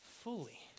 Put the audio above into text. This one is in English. fully